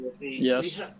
Yes